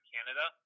Canada